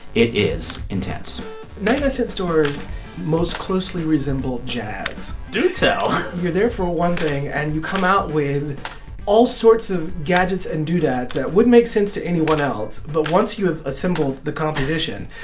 it is intense ninety-nine-cents stores most closely resemble jazz do tell you're there for one thing, and you come out with all sorts of gadgets and doodads that wouldn't make sense to anyone else. but once you have assembled the composition,